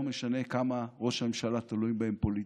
לא משנה כמה ראש הממשלה תלוי בהם פוליטית.